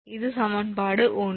இது சமன்பாடு 1